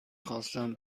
خواستم